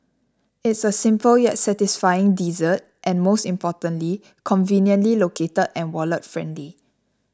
it's a simple yet satisfying dessert and most importantly conveniently located and wallet friendly